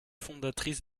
fondatrice